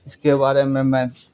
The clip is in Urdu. اس کے بارے میں میں